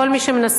ולכל מי שמנסה,